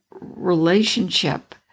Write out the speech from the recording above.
relationship